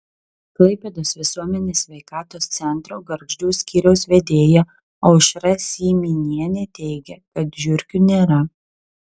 klaipėdos visuomenės sveikatos centro gargždų skyriaus vedėja aušra syminienė teigia kad žiurkių nėra